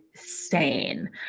insane